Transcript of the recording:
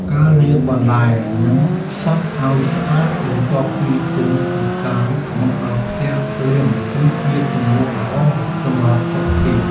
ការលាងបន្លែ និងសាច់ឱ្យស្អាតបន្ទាប់ពីទិញពីផ្សារមកដល់ផ្ទះភ្លាម គឺជាទម្លាប់ល្អសម្រាប់សុខភាព។